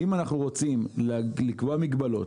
אם אנחנו רוצים לקבוע מגבלות,